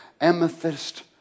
amethyst